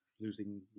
losing